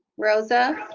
rosa